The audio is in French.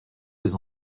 des